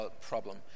problem